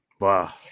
Wow